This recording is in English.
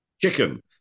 chicken